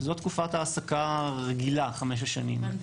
זו תקופת העסקה רגילה, 5 השנים האלה.